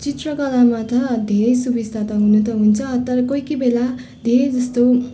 चित्रकलामा त धेरै सुबिस्ता त हुन त हुन्छ तर कोही कोही बेला धेरै जस्तो